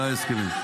לא היו הסכמים.